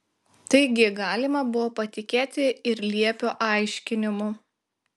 taigi galima buvo patikėti ir liepio aiškinimu